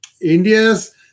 India's